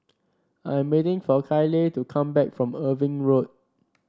I am waiting for Kyleigh to come back from Irving Road